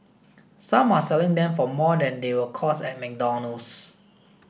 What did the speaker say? some are selling them for more than they will cost at McDonald's